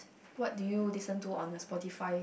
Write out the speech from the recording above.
what do you listen to on your Spotify